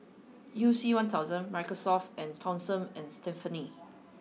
U C one thousand Microsoft and Tom same and Stephanie